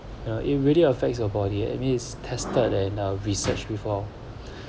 uh it really affects your body and it's tested and uh research before